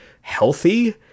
healthy